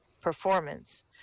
performance